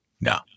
no